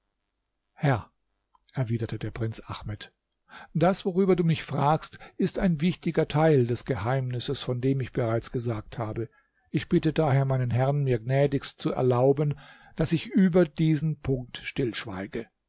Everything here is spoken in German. herr erwiderte der prinz ahmed das worüber du mich fragst ist ein wichtiger teil des geheimnisses von dem ich bereits gesagt habe ich bitte daher meinen herrn mir gnädigst zu erlauben daß ich über diesen punkt